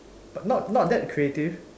but not not that creative